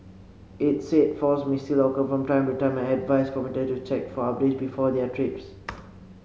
its said faults may still occur from time to time and advised commuters to check for updates before their trips